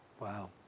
Wow